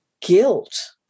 guilt